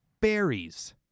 berries